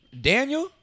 Daniel